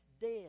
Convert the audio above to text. dead